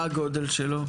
מה הגודל שלו?